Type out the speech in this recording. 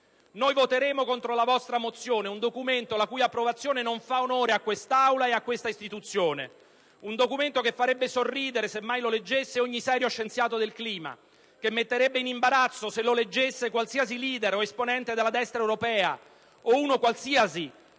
Noi voteremo contro la vostra mozione: un documento la cui approvazione non fa onore a quest'Aula e a questa istituzione. Un documento che farebbe sorridere, se mai lo leggesse, ogni serio scienziato del clima e che metterebbe in imbarazzo, se lo leggesse, qualsiasi *leader* o esponente della destra europea, o uno qualsiasi